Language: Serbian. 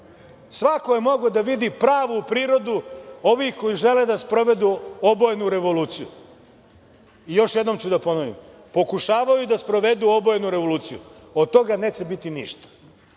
svako je mogao da vidi pravu prirodu ovih žele da sprovedu obojenu revoluciju. Još jednom ću da ponovim, pokušavaju da sprovedu obojenu revoluciju. Od toga neće biti ništa.